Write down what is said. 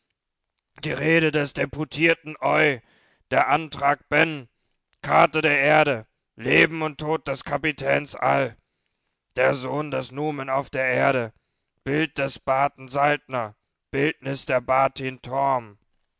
die rede des deputierten eu der antrag ben karte der erde leben und tod des kapitäns all der sohn des numen auf der erde bild des baten saltner bildnis der batin torm